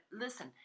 listen